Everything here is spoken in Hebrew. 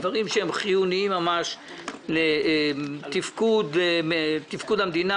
דברים שהם חיוניים ממש לתפקוד המדינה,